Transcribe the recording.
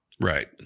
Right